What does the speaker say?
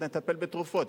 נטפל בתרופות,